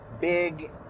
Big